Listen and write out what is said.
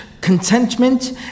contentment